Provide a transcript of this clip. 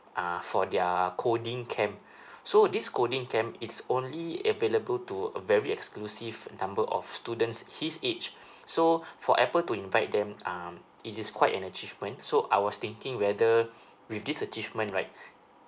uh for their coding camp so this coding camp it's only available to a very exclusive number of students his age so for apple to invite them um it's quite an achievement so I was thinking whether with this achievement right